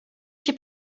się